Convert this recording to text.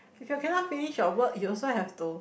if you cannot finish your work you also have to